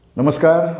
Namaskar